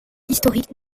historique